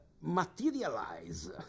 materialize